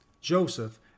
Joseph